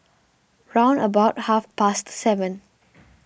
round about half past seven